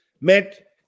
met